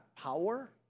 power